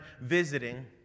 visiting